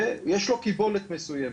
ויש לו קיבולת מסוימת.